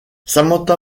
samantha